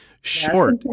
Short